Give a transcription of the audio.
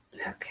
okay